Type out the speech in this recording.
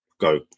go